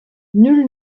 nul